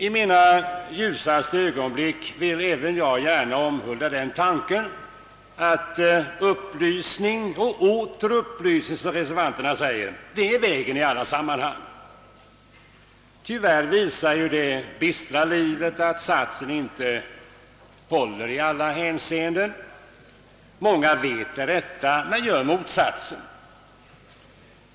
I mina ljusaste ögonblick vill även jag gärna omhulda tanken, att upplysning och åter upplysning, som reservanterna säger, är vägen i alla sammanhang. Tyvärr visar det bistra livet, att den satsen inte alltid håller. Många vet det rätta men gör motsatsen.